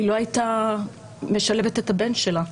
היא לא הייתה משלבת את הבן שלה,